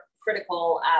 critical